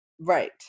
Right